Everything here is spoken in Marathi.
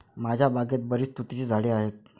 माझ्या बागेत बरीच तुतीची झाडे आहेत